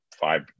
five